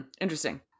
Interesting